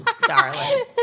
darling